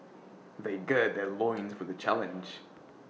they gird their loins for the challenge